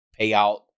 payout